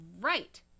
right